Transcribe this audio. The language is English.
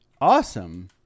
awesome